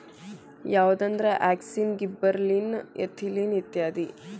ಯಾವಂದ್ರ auxin, gibberellin, ethylene ಇತ್ಯಾದಿ